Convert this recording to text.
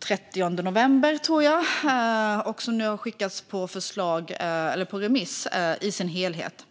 30 november, och det har nu skickats ut på remiss i sin helhet.